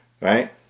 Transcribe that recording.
right